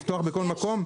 לפתוח בכל מקום?